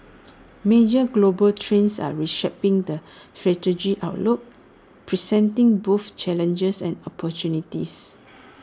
major global trends are reshaping the strategic outlook presenting both challenges and opportunities